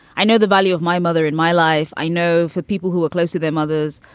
i know the value of my mother in my life. i know for people who are close to their mothers.